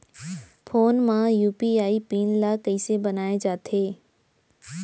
Phone म UPI PIN ल कइसे बनाये जाथे?